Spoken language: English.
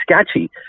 sketchy